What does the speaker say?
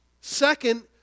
Second